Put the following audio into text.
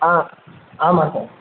ஆ ஆமாம் சார்